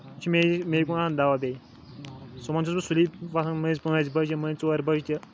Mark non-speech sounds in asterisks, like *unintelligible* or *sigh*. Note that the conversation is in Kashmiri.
یہِ چھُ *unintelligible* دَوا بیٚیہِ صُبحَن چھُس بہٕ سُلی وَتھان مٔنٛزۍ پٲنٛژِ بَجہِ مٔنٛزۍ ژورِ بَجہِ تہِ